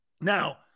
Now